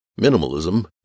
minimalism